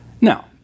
Now